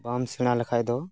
ᱵᱟᱢ ᱥᱮᱲᱟ ᱞᱮᱠᱷᱟᱡ ᱫᱚ